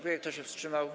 Kto się wstrzymał?